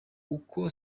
uko